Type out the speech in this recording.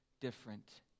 different